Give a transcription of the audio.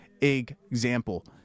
example